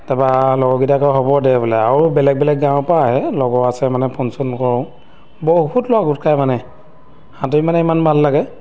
তাৰপৰা লগৰকেইটাই কয় হ'ব দে বোলে আৰু বেলেগ বেলেগ গাঁৱৰপৰা আহে লগৰ আছে মানে ফোন চোন কৰোঁ বহুত ল'ৰা গোট খায় মানে সাঁতুৰি মানে ইমান ভাল লাগে